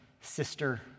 sister